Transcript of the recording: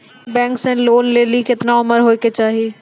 Bank से loan लेली केतना उम्र होय केचाही?